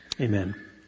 Amen